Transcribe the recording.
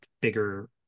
bigger